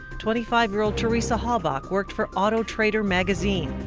twenty five year old teresa halbach worked for auto trader magazine.